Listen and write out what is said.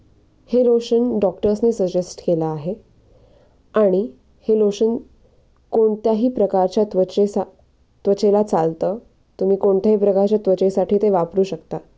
हे लोशन डॉक्टर्सनी सजेस्ट केलं आहे आणि हे लोशन कोणत्याही प्रकारच्या त्वचेसा त्वचेला चालतं तुम्ही कोणत्याही प्रकारच्या त्वचेसाठी ते वापरू शकता